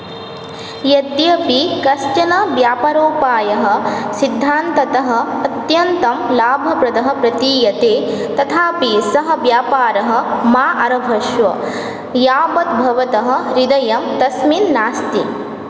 यद्यपि कश्चन व्यापारोपायः सिद्धान्ततः अत्यन्तं लाभप्रदः प्रदीयते तथापि सः व्यापारः मा आरभश्व यावद्भवतः हृदयं तस्मिन् नास्ति